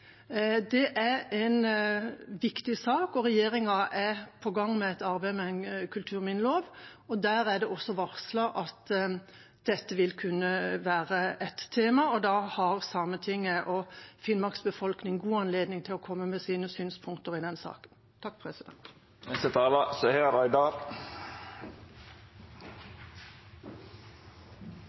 Det er en viktig sak. Regjeringa er i gang med et arbeid med en kulturmiljølov, og der er det varslet at dette vil kunne være et tema. Da har Sametinget og Finnmarks befolkning god anledning til å komme med sine synspunkter i den saken.